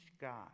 God